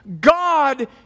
God